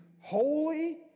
holy